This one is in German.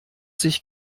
sich